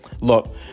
Look